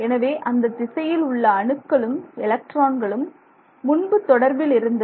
எனவே அந்த திசையில் உள்ள அணுக்களும் எலக்ட்ரான்களும் முன்பு தொடர்பில் இருந்தது